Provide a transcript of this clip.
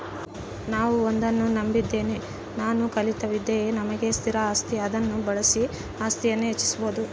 ನಾನು ಒಂದನ್ನು ನಂಬಿದ್ದೇನೆ ನಾವು ಕಲಿತ ವಿದ್ಯೆಯೇ ನಮಗೆ ಸ್ಥಿರ ಆಸ್ತಿ ಅದನ್ನು ಬಳಸಿ ಆಸ್ತಿಯನ್ನು ಹೆಚ್ಚಿಸ್ಬೋದು